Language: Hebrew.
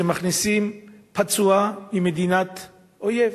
שמכניסים פצוע ממדינת אויב.